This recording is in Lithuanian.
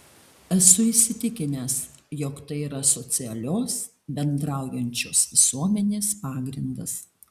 esu įsitikinęs jog tai yra socialios bendraujančios visuomenės pagrindas